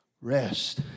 rest